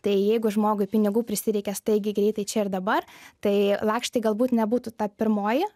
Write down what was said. tai jeigu žmogui pinigų prisireikia staigiai greitai čia ir dabar tai lakštai galbūt nebūtų ta pirmoji